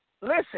listen